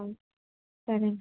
సరే